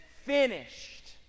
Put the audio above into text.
finished